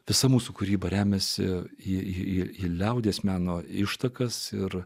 visa mūsų kūryba remiasi į liaudies meno ištakas ir